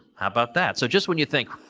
about that? so, just when you think